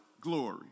glory